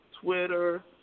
Twitter